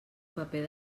paper